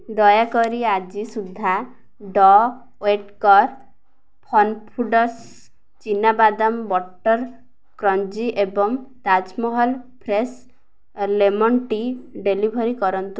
ଦୟାକରି ଆଜି ସୁଦ୍ଧା ଡ ଓଏତ୍କର ଫନ୍ ଫୁଡ଼୍ସ୍ ଚିନାବାଦାମ ବଟର୍ କ୍ରଞ୍ଚି ଏବଂ Taj Mahal fresh lemon tea deliver କରନ୍ତୁ